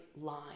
line